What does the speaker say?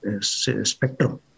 spectrum